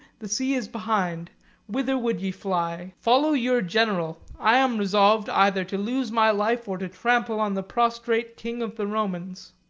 the sea is behind whither would ye fly? follow your general i am resolved either to lose my life, or to trample on the prostrate king of the romans.